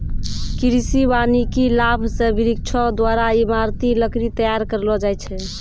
कृषि वानिकी लाभ से वृक्षो द्वारा ईमारती लकड़ी तैयार करलो जाय छै